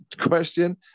question